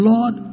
Lord